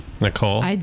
Nicole